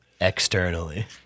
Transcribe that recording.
externally